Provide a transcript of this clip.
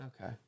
Okay